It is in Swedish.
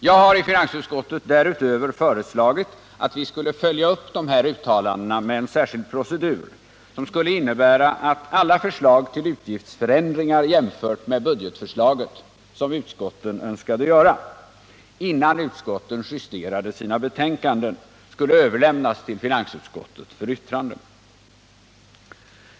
Jag har i finansutskottet därutöver föreslagit att vi skulle följa upp dessa uttalanden med en särskild procedur, som skulle innebära att alla förslag till utgiftsförändringar jämfört med budgetförslaget som utskotten önskade göra — innan utskotten justerade sina betänkanden — skulle överlämnas till finansutskottet för yttrande.